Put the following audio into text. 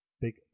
Big